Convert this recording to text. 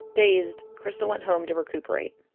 dazed, krystal went home to recuperate